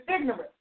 ignorant